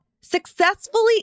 successfully